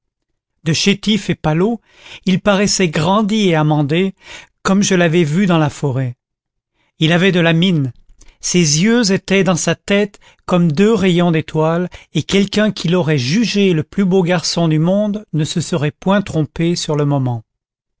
de chétif et pâlot il paraissait grandi et amendé comme je l'avais vu dans la forêt il avait de la mine ses yeux étaient dans sa tête comme deux rayons d'étoile et quelqu'un qui l'aurait jugé le plus beau garçon du monde ne se serait point trompé sur le moment